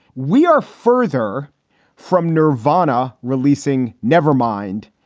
we are further from nirvana releasing nevermind.